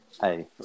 hey